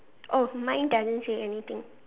oh mine doesn't say anything